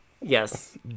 yes